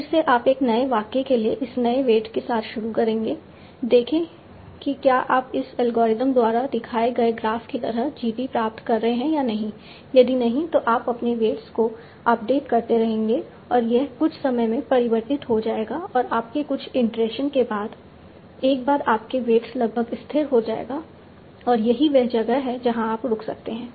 फिर से आप एक नए वाक्य के लिए इस नए वेट के साथ शुरू करेंगे देखें कि क्या आप इस एल्गोरिथम द्वारा दिखाए गए ग्राफ की तरह G t प्राप्त कर रहे हैं या नहीं यदि नहीं तो आप अपने वेट्स को अपडेट करते रहेंगे और यह कुछ समय में परिवर्तित हो जाएगा और आपके कुछ इटरेशन के बाद एक बार आपके वेट्स लगभग स्थिर हो जाएगा और यही वह जगह है जहाँ आप रुकते हैं